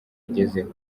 agezeho